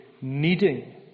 needing